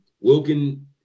Wilkin